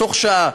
תוך שעה,